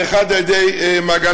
ואחד על-ידי מעגן-מיכאל.